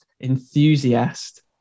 Enthusiast